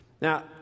Now